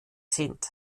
sind